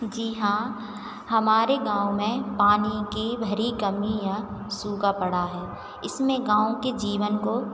जी हाँ हमारे गाँव में पानी की भारी कमी या सूखा पड़ा है इसने गाँव के जीवन को